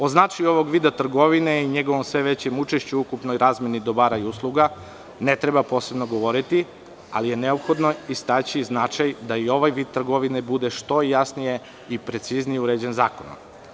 O značaju ovog vida trgovine i njegovom sve većem učešću u ukupnoj razmeni dobara i usluga ne treba posebno govoriti, ali je neophodno istaći i značaj da i ovaj vid trgovine bude što jasnije i preciznije uređen zakonom.